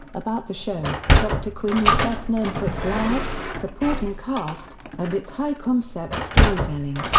about the show dr. quinn was best known for its large, supporting cast, and its high-concept storytelling.